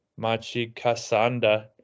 Machikasanda